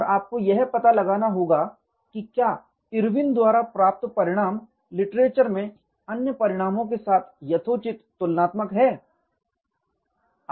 और आपको यह पता लगाना होगा कि क्या इरविन द्वारा प्राप्त परिणाम लिटरेचर में अन्य परिणामों के साथ यथोचित तुलनात्मक हैं